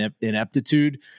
ineptitude